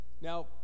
Now